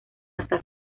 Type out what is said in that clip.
hasta